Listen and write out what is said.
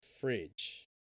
fridge